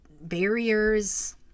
barriers